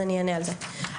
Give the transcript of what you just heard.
אני אענה על זה.